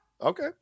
okay